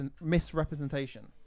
misrepresentation